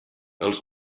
els